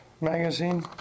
magazine